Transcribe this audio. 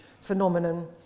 phenomenon